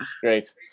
Great